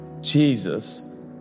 Jesus